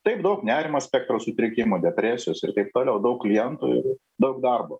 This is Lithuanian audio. taip daug nerimo spektro sutrikimų depresijos ir taip toliau daug klientų ir daug darbo